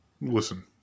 Listen